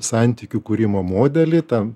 santykių kūrimo modelį tam